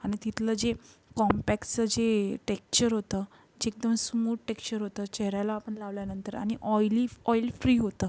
आणि तिथलं जे कॉम्पॅक्सचं जे टेक्चर होतं जे एकदम स्मूत टेक्शर होतं चेहऱ्याला आपण लावल्यानंतर आणि ऑइली ऑइल फ्री होतं